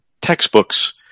textbooks